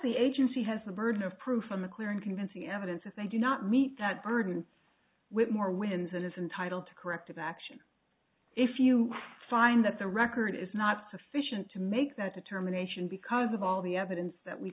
the agency has the burden of proof from a clear and convincing evidence if they do not meet that burden with more wins that is entitle to corrective action if you find that the record is not sufficient to make that determination because of all the evidence that we